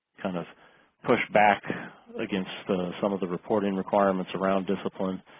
kind of push back against some of the reporting requirements around discipline.